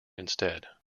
instead